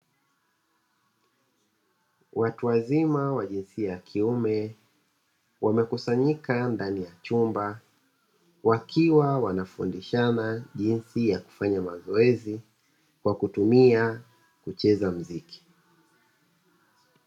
Watu wazima wa jinsia ya kiume wamekusanyika ndani ya chumba, wakiwa wanafundishana jinsi ya kufanya mazoezi kwa kumitumia kucheza muziki.